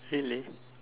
really